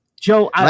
joe